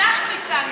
אנחנו הצענו